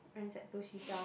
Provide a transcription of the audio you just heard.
right hand side two seashell